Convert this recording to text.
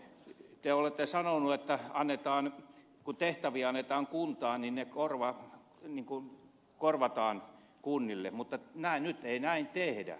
te olette sanonut että kun tehtäviä annetaan kuntiin niin ne korvataan kunnille mutta nyt ei näin tehdä